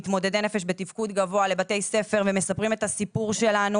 מתמודדי נפש בתפקוד גבוה לבתי ספר ומספרים את הסיפור שלנו